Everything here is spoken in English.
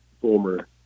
former –